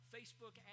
Facebook